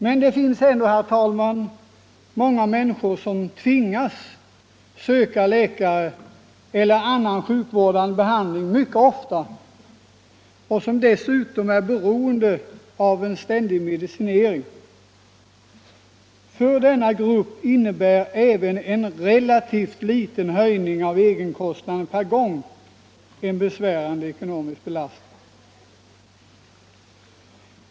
Men det finns ändå, herr talman, många människor som tvingas söka läkare eller annan sjukvårdande behandling mycket ofta och som dessutom är beroende av en ständig medicinering. För denna grupp innebär även en relativt liten höjning av egenkostnaden per gång en besvärande ekonomisk belastning.